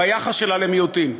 ביחס שלה למיעוטים.